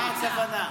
מה הכוונה?